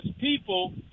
people